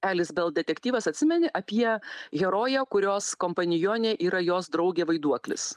elis bel detektyvas atsimeni apie heroję kurios kompanionė yra jos draugė vaiduoklis